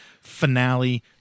finale